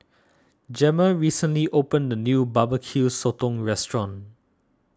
Gemma recently opened a new BBQ Sotong restaurant